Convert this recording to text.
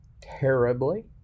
terribly